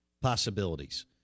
possibilities